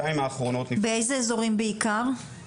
באיזה אזורים בעיקר?